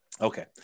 Okay